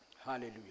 Hallelujah